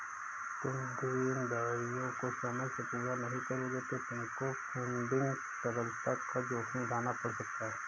तुम देनदारियों को समय से पूरा नहीं करोगे तो तुमको फंडिंग तरलता का जोखिम उठाना पड़ सकता है